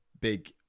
big